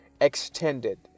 extended